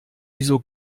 wieso